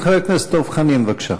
חבר הכנסת דב חנין, בבקשה,